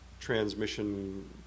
transmission